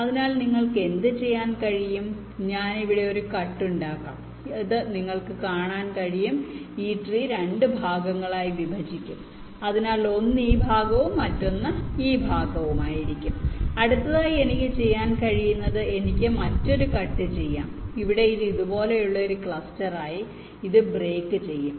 അതിനാൽ നിങ്ങൾക്ക് എന്തുചെയ്യാൻ കഴിയും ഞാൻ ഇവിടെ ഒരു കട്ട് ഉണ്ടാക്കാം ഇത് നിങ്ങൾക്ക് കാണാൻ കഴിയും ട്രീ 2 ഭാഗങ്ങളായി വിഭജിക്കും അതിനാൽ ഒന്ന് ഈ ഭാഗവും മറ്റൊന്ന് ഈ ഭാഗവും ആയിരിക്കും അടുത്തതായി എനിക്ക് ചെയ്യാൻ കഴിയുന്നത് എനിക്ക് മറ്റൊരു കട്ട് ചെയ്യാം ഇവിടെ ഇത് ഇതുപോലുള്ള ഒരു ക്ലസ്റ്ററായി ഇത് ബ്രേക്ക് ചെയ്യും